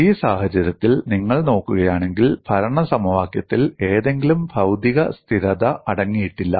ഈ സാഹചര്യത്തിൽ നിങ്ങൾ നോക്കുകയാണെങ്കിൽ ഭരണ സമവാക്യത്തിൽ ഏതെങ്കിലും ഭൌതിക സ്ഥിരത അടങ്ങിയിട്ടില്ല